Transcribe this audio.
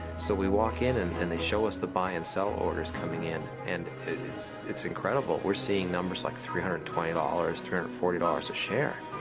so we walk in and and they show us the buy and sell orders coming in. and it's it's incredible. we're seeing numbers like three hundred and twenty dollars, three hundred and forty dollars a share.